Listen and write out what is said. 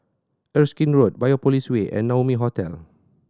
Erskine Road Biopolis Way and Naumi Hotel